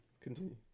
Continue